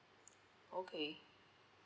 okay